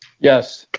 yes.